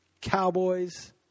Cowboys